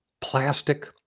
plastic